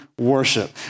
worship